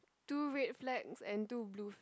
two red flags and two blue